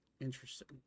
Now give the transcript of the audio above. Interesting